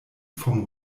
vom